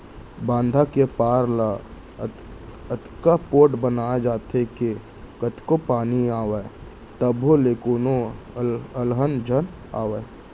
बांधा के पार ल अतेक पोठ बनाए जाथे के कतको पानी आवय तभो ले कोनो अलहन झन आवय